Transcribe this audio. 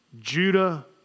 Judah